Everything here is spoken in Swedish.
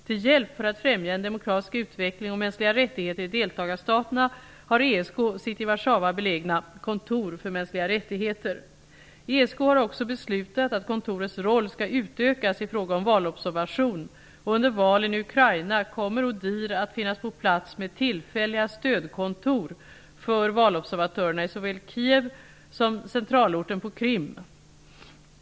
Till hjälp för att främja en demokratisk utveckling och mänskliga rättigheter i deltagarstaterna har ESK sitt i Warszawa belägna har också beslutat att kontorets roll skall utökas i fråga om valobservation, och under valen i Ukraina kommer ODIHR att finnas på plats med tillfälliga stödkontor för valobservatörerna i såväl Kiev som centralorten på Krim, Simferopol.